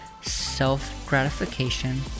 self-gratification